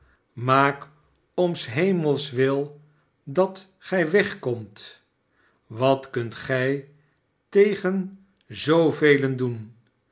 maak om shemels wil dat gij wegkomt wat kunt gij tegen zoovelen doen